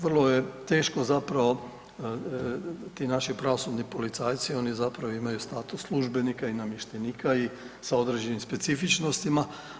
Vrlo je teško zapravo ti naši pravosudni policajci oni zapravo imaju status službenika i namještenika i sa određenim specifičnostima.